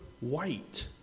white